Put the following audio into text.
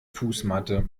fußmatte